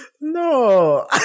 No